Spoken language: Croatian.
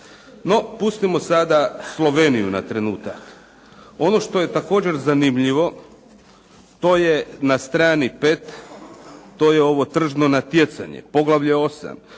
No, pustimo sada Sloveniju na trenutak. Ono što je također zanimljivo to je na strani 5. To je ovo tržno natjecanje, poglavlje 8.